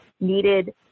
needed